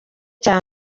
cya